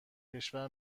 کشور